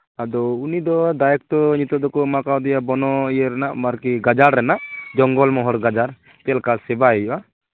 ᱟᱫᱚ ᱩᱱᱤᱫᱚ ᱫᱟᱭᱤᱛᱛᱚ ᱱᱤᱛᱚᱜ ᱫᱚᱠᱚ ᱮᱢᱟ ᱠᱟᱫᱮᱭᱟ ᱵᱚᱱᱚ ᱤᱭᱟᱹ ᱨᱮᱱᱟᱜ ᱢᱟᱨᱠᱮ ᱜᱟᱡᱟᱲ ᱨᱮᱱᱟᱜ ᱡᱚᱝᱜᱚᱞ ᱢᱚᱦᱚᱞ ᱜᱟᱡᱟᱲ ᱪᱮᱫ ᱞᱮᱠᱟ ᱥᱮᱵᱟᱭ ᱦᱩᱭᱩᱜᱼᱟ